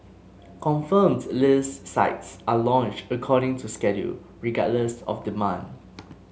confirmed list sites are launched according to schedule regardless of demand